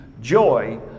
joy